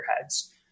heads